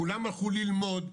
כולם הלכו ללמוד,